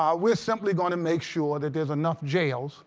um we're simply going to make sure that there's enough jails